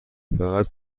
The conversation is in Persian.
فقط